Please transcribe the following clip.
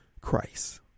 Christ